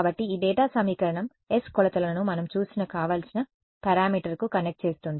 కాబట్టి ఈ డేటా సమీకరణం s కొలతలను మనం చూసిన కావలసిన పారామీటర్కు కనెక్ట్ చేస్తోంది